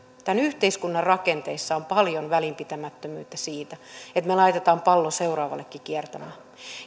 tämän yhteiskunnan rakenteissa on paljon välinpitämättömyyttä siitä että me laitamme pallon seuraavallekin kiertämään